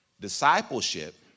discipleship